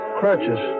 crutches